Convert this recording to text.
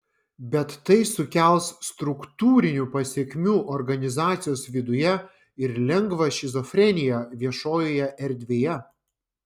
bet tai sukels struktūrinių pasekmių organizacijos viduje ir lengvą šizofreniją viešojoje erdvėje